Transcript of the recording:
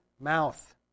mouth